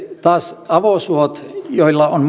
taas avosuot joilla on